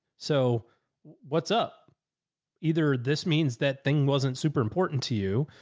so what's up either. this means that thing wasn't super important to you,